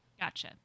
Gotcha